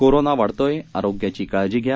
corona वाढतोय आरोग्याची काळजी घ्या